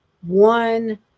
one